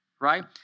right